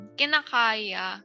kinakaya